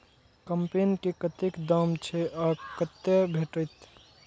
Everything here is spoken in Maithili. कम्पेन के कतेक दाम छै आ कतय भेटत?